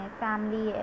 family